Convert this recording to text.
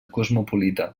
cosmopolita